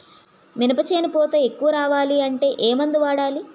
మినప చేను పూత ఎక్కువ రావాలి అంటే ఏమందు వాడాలి?